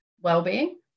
well-being